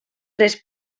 tres